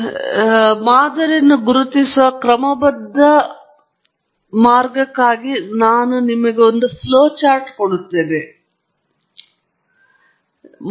ಆದ್ದರಿಂದ ಮಾದರಿಯನ್ನು ಗುರುತಿಸುವ ಕ್ರಮಬದ್ಧ ಮಾರ್ಗಕ್ಕಾಗಿ ನಾನು ನಿಮಗೆ ಒಂದು ಹರಿವಿನ ಚಾರ್ಟ್ ಅನ್ನು ಕೊಡುತ್ತೇನೆ ಮತ್ತು ಇದರಿಂದ ನನಗೆ ಬೇಗನೆ ಹೋಗುತ್ತೇನೆ